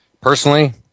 Personally